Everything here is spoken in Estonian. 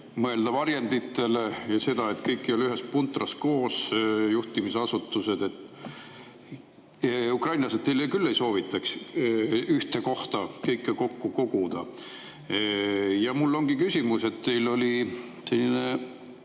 mõelda ka varjenditele ja sellele, et kõik ei oleks ühes puntras koos, ka juhtimisasutused. Ukrainlased teile küll ei soovitaks ühte kohta kõike kokku koguda. Ja mul ongi küsimus. Teil oli selline